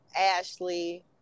Ashley